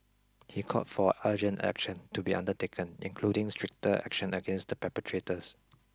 he called for urgent action to be undertaken including stricter action against the perpetrators